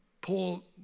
Paul